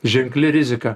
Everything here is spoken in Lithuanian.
ženkli rizika